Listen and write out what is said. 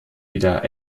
wieder